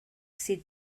sydd